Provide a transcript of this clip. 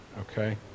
okay